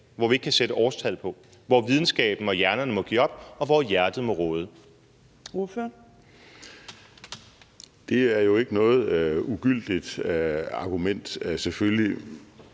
hvor vi ikke kan sætte årstal på, hvor videnskaben og hjernerne må give op, og hvor hjertet må råde. Kl. 12:02 Fjerde næstformand (Trine